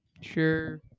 Sure